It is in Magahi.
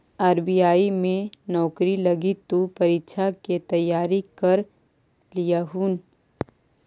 आर.बी.आई में नौकरी लागी तु परीक्षा के तैयारी कर लियहून